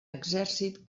exèrcit